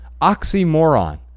oxymoron